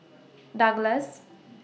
Douglas